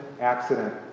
accident